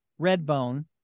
Redbone